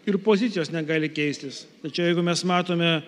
ir pozicijos negali keistis tai čia jeigu mes matome